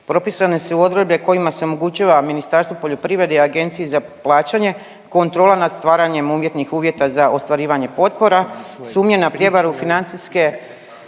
propisane su odredbe kojima se omogućava Ministarstvu poljoprivrede i Agenciji za plaćanje kontrola nad stvaranjem umetnih uvjeta za ostvarivanje potpora, sumnje na prijevaru, financijske